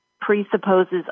presupposes